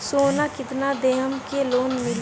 सोना कितना देहम की लोन मिली?